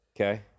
Okay